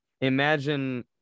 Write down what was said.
imagine